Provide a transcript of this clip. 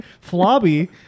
Floppy